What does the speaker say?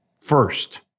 first